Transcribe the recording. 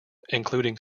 including